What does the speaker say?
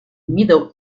middle